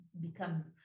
become